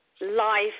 life